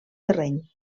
terreny